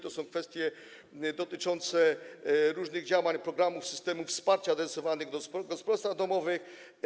To są kwestie dotyczące różnych działań, programów, systemów wsparcia adresowanych do gospodarstw domowych.